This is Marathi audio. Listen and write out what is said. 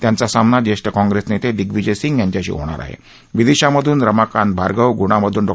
त्यांचा सामना ज्यष्ठकाँग्रस्त नक्तदिग्विजय सिंह यांच्याशी होणार आहा विदीशामधून रमाकांत भार्गव गुणा मधून डॉ